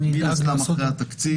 מן הסתם אחרי התקציב.